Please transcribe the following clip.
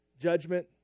judgment